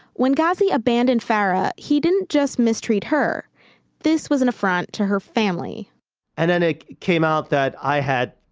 when ghazi abandoned farah, he didn't just mistreat her this was an affront to her family and then it came out that i had,